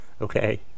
Okay